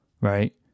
right